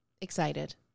excited